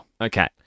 Okay